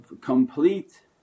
complete